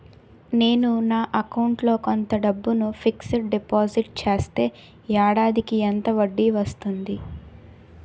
నేను నా అకౌంట్ లో కొంత డబ్బును ఫిక్సడ్ డెపోసిట్ చేస్తే ఏడాదికి ఎంత వడ్డీ వస్తుంది?